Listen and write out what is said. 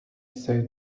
say